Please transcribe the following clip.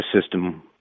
system